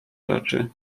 rzeczy